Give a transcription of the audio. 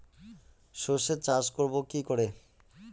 সর্ষে চাষ করব কি করে?